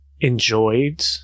enjoyed